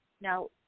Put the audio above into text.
Now